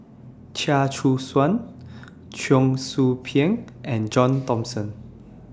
Chia Choo Suan Cheong Soo Pieng and John Thomson